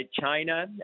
China